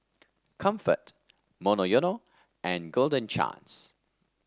Comfort Monoyono and Golden Chance